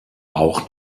auch